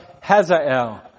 Hazael